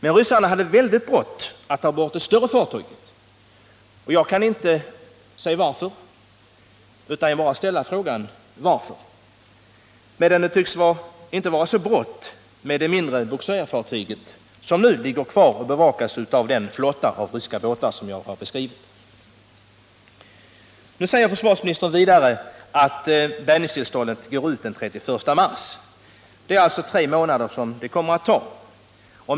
Men ryssarna hade väldigt brått att ta bort det större fartyget. Jag kan inte se orsaken, bara ställa frågan: Varför? Det tycks inte vara så brått med det mindre bogserfartyget, som nu ligger kvar och bevakas av den ryska flotta jag har beskrivit. Försvarsministern säger vidare att bärgningstillståndet går ut den 31 mars. Det kommer alltså att ta tre månader.